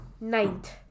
Ninth